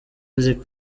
music